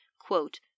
quote